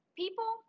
people